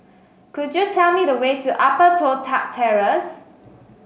could you tell me the way to Upper Toh Tuck Terrace